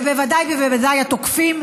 ובוודאי ובוודאי התוקפים.